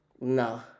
No